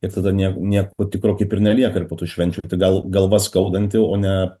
ir tada nie nieko tikro kaip ir nelieka ir po tų švenčių tai gal galva skaudanti o ne